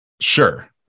Sure